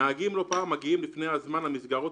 נהגים לא פעם מגיעים לפני הזמן למסגרות